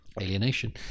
alienation